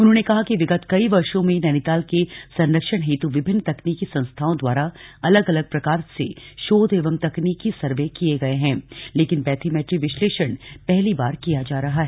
उन्होंने कहा कि विगत कई वर्षो मे नैनीझील के संरक्षण हेतु विभिन्न तकनीकी संस्थाओं द्वारा अलग अलग प्रकार से शोध एवं तकनीकी सर्वे कार्य किये गये है लेकिन बैथीमेट्री विश्लेषण पहली बार किया जा रहा है